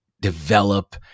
develop